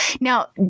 Now